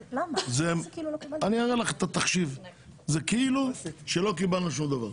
זה כאילו לא קיבלנו שום דבר.